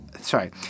sorry